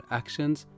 actions